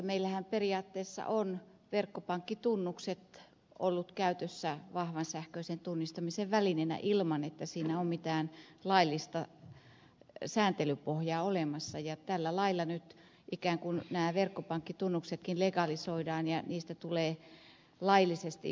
meillähän periaatteessa ovat verkkopankkitunnukset olleet käytössä vahvan sähköisen tunnistamisen välineenä ilman että siinä on mitään laillista sääntelypohjaa olemassa ja tällä lailla nyt ikään kuin nämä verkkopankkitunnuksetkin legalisoidaan ja niistä tulee laillisesti vahva tunnistusmenetelmä